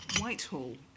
Whitehall